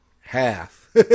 Half